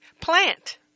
plant